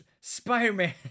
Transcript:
Spider-Man